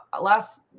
last